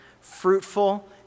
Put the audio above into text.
fruitful